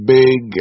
big